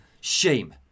shame